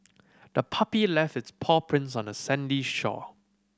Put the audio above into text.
the puppy left its paw prints on the sandy shore